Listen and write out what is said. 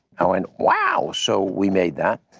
i went, wow! so, we made that.